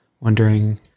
wondering